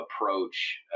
approach